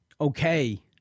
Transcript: okay